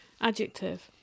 adjective